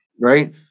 Right